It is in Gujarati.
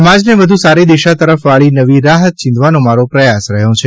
સમાજને વધુ સારી દિશા તરફ વાળી નવી રાહ ચિંધવાનો મારો પ્રયાસ રહ્યો છે